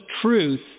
truth